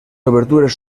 obertures